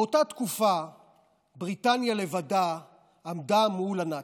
באותה התקופה בריטניה לבדה עמדה מול הנאצים.